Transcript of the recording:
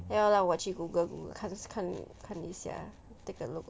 要让我去 google google 看是看看一下 take a look